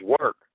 work